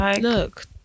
Look